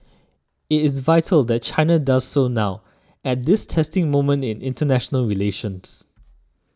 it is vital that China does so now at this testing moment in international relations